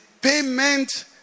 payment